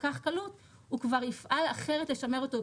כך קלות הוא כבר יפעל אחרת לשמר אותו,